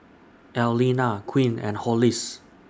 Allena Quint and Hollis